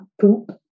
poop